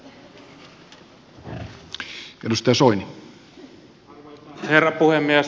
arvoisa herra puhemies